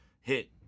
hit